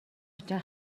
хүчин